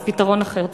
אז פתרון אחר.